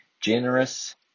Generous